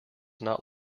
not